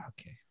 Okay